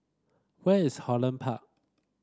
where is Holland Park